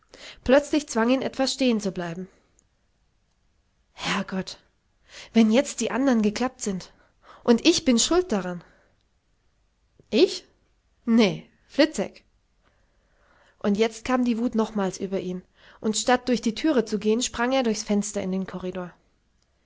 plötzlich zwang ihn etwas stehen zu bleiben herrgott wenn jetzt die andern geklappt sind und ich bin schuld daran ich nee fliczek und jetzt kam die wut nochmals über ihn und statt durch die thüre zu gehn sprang er durchs fenster in den corridor